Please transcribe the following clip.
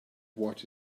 what